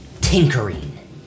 tinkering